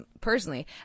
personally